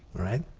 all right?